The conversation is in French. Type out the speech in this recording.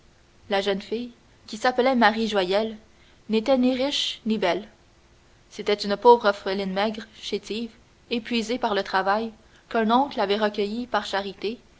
la jeune fille qui s'appelait marie joyelle n'était ni riche ni belle c'était une pauvre orpheline maigre chétive épuisée par le travail qu'un oncle avait recueillie par charité